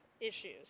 issues